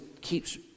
keeps